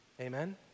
Amen